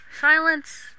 Silence